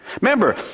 Remember